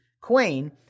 queen